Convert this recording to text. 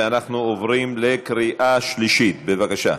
ואנחנו עוברים לקריאה שלישית, בבקשה,